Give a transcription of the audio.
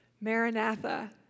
Maranatha